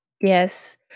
Yes